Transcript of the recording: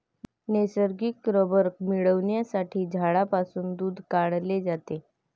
नैसर्गिक रबर मिळविण्यासाठी झाडांपासून दूध काढले जाते